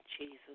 Jesus